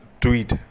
tweet